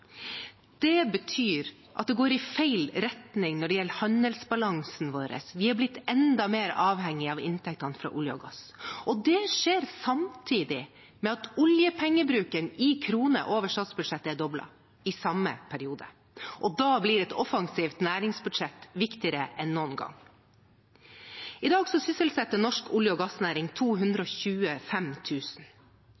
Det betyr at det går i feil retning når det gjelder handelsbalansen vår. Vi har blitt enda mer avhengige av inntektene fra olje og gass, og det skjer samtidig med at oljepengebruken i kroner over statsbudsjettet er doblet i samme periode. Da blir et offensivt næringsbudsjett viktigere enn noen gang. I dag sysselsetter norsk olje- og gassnæring